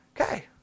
Okay